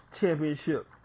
Championship